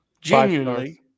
Genuinely